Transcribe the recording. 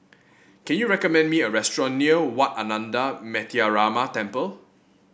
can you recommend me a restaurant near Wat Ananda Metyarama Temple